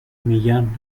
millán